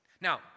Now